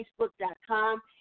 Facebook.com